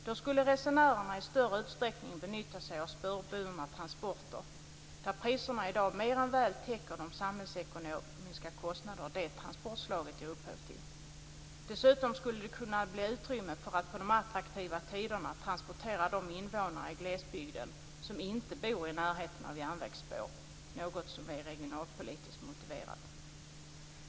Då skulle resenärerna i större utsträckning benytta sig av spårburna transporter, där priserna i dag mer än väl täcker de samhällsekonomiska kostnader som det transportslaget ger upphov till. Dessutom skulle det kunna bli utrymme för att på de attraktiva tiderna transportera de invånare i glesbygden som inte bor i närheten av järnvägsspår, något som är regionalpolitiskt motiverat.